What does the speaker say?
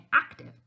active